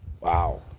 wow